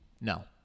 no